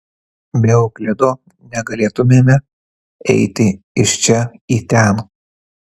be euklido negalėtumėme eiti iš čia į ten